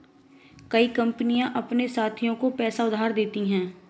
कई कंपनियां अपने साथियों को पैसा उधार देती हैं